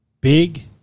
big